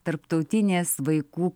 tarptautinės vaikų